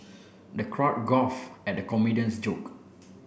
the crowd gulf at the comedian's joke